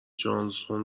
جانسون